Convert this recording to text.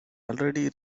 already